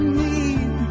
need